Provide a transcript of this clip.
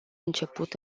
început